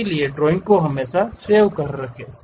इसलिए ड्राइंग को हमेशा सेव कर रखें